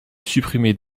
supprimer